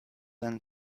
and